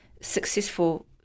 successful